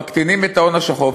מקטינים את ההון השחור,